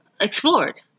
explored